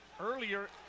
earlier